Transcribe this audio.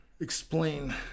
explain